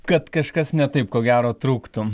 kad kažkas netaip ko gero trūktų